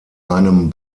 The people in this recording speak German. einem